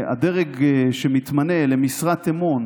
שהדרג שמתמנה למשרת אמון